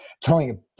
telling